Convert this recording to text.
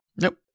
Nope